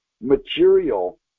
material